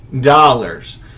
dollars